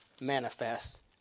manifest